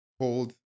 hold